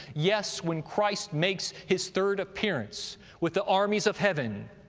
yes, when christ makes his third appearance with the armies of heaven,